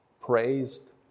praised